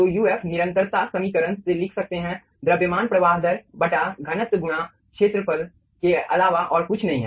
तो uf निरंतरता समीकरण से लिख सकते हैं द्रव्यमान प्रवाह दर बटा घनत्व गुणा क्षेत्रफल के अलावा और कुछ नहीं है